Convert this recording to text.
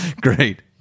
Great